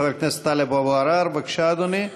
חבר הכנסת טלב אבו עראר, בבקשה, אדוני.